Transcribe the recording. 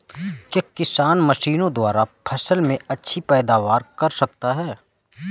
क्या किसान मशीनों द्वारा फसल में अच्छी पैदावार कर सकता है?